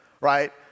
right